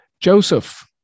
Joseph